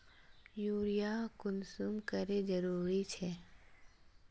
Urea कुंसम करे जरूरी छै?